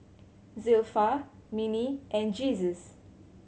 Zilpha Minnie and Jesus